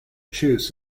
choose